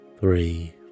three